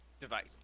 device